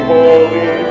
Holy